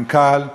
מנכ"ל,